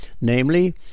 namely